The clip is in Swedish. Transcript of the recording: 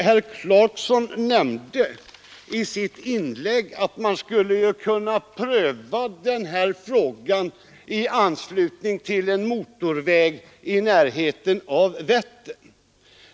Herr Clarkson nämnde i sitt inlägg att man skulle kunna pröva den här frågan i anslutning till en motorväg i närheten av Vättern.